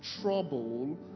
trouble